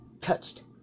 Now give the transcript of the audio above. touched